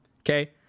okay